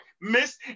miss